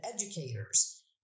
educators